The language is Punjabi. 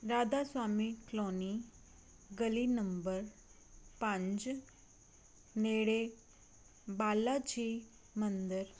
ਰਾਧਾ ਸੁਆਮੀ ਕਲੋਨੀ ਗਲੀ ਨੰਬਰ ਪੰਜ ਨੇੜੇ ਬਾਲਾ ਜੀ ਮੰਦਰ